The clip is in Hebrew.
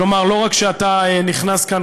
כלומר לא רק שאתה נכנס כאן,